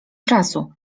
czasu